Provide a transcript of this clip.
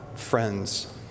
friends